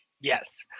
Yes